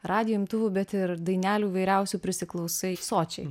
radijo imtuvų bet ir dainelių įvairiausių prisiklausai sočiai